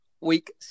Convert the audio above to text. week